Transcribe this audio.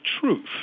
truth